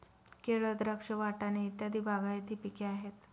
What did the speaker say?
केळ, द्राक्ष, वाटाणे इत्यादी बागायती पिके आहेत